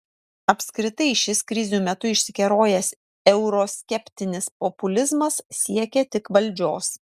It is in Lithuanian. apskritai šis krizių metu iškerojęs euroskeptinis populizmas siekia tik valdžios